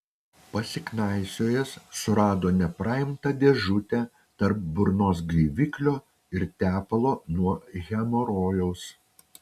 pasiknaisiojęs surado nepraimtą dėžutę tarp burnos gaiviklio ir tepalo nuo hemorojaus